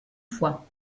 fois